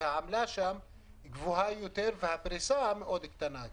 שהעמלה בה גבוהה יותר והפריסה שלה מאוד קטנה.